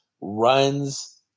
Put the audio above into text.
runs